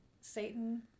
Satan